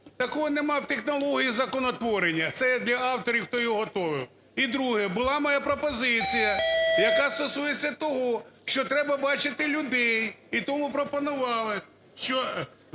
Такого нема в технології законотворення, це я для авторів, хто його готовив. І друге. Була моя пропозиція, яка стосується того, що треба бачити людей і тому пропонували, що